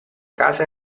casa